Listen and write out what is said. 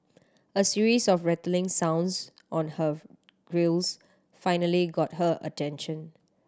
a series of rattling sounds on her grilles finally got her attention